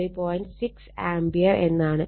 6 ampere എന്നാണ്